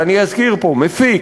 ואני אזכיר פה: מפיק,